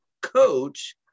coach